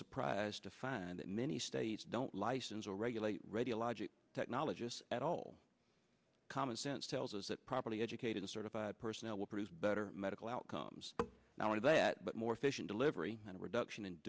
surprised to find that many states don't license or regulate radiologic technologist at all common sense tells us that properly educated a certified personnel will produce better medical outcomes now and that but more efficient delivery and